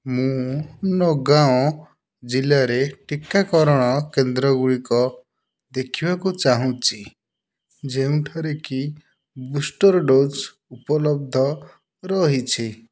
ମୁଁ ନଗାଓଁ ଜିଲ୍ଲାରେ ଟିକାକରଣ କେନ୍ଦ୍ରଗୁଡ଼ିକ ଦେଖିବାକୁ ଚାହୁଁଛି ଯେଉଁଠାରେକି ବୁଷ୍ଟର୍ ଡ଼ୋଜ୍ ଉପଲବ୍ଧ ରହିଛି